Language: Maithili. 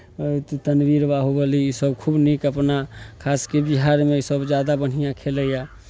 तनवीर बाहुबली इसभ खूब नीक अपना खास कऽ बिहारमे ईसभ जादा बढ़िआँ खेलैए